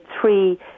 three